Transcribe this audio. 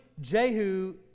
Jehu